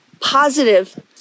positive